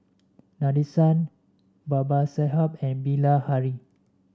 Nadesan Babasaheb and Bilahari